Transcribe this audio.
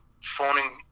phoning